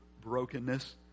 brokenness